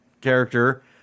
character